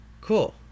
Cool